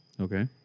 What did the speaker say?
Okay